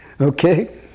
Okay